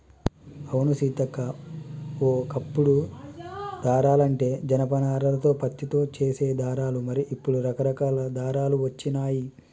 అవును సీతక్క ఓ కప్పుడు దారాలంటే జనప నారాలతో పత్తితో చేసే దారాలు మరి ఇప్పుడు రకరకాల దారాలు వచ్చినాయి